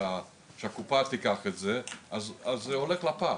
שהקופה תיקח את זה אז זה הולך לפח.